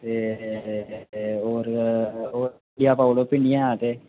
ते होर होर धनिया पाई ओड़ेओ ओह्बी निं ऐ ते